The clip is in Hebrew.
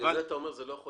ואתה אומר שזה לא יכול